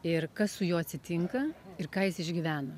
ir kas su juo atsitinka ir ką jis išgyvena